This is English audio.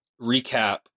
recap